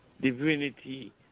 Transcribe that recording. divinity